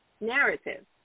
narrative